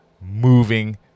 moving